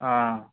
ఆ